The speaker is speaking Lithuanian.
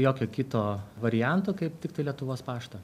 jokio kito varianto kaip tiktai lietuvos paštą